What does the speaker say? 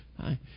hi